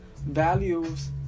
values